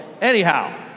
Anyhow